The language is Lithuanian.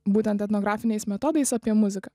būtent etnografiniais metodais apie muziką